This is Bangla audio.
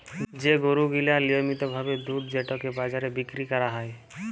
যে গরু গিলা লিয়মিত ভাবে দুধ যেটকে বাজারে বিক্কিরি ক্যরা হ্যয়